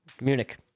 Munich